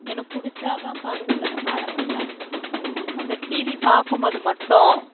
எனக்கு பிடிச்சாதான் பாடுவேன் இல்லைனா பாடமாட்டேன் அந்த டிவி பார்க்கும்போது மட்டும்